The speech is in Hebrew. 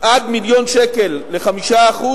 עד מיליון שקל ל-5%,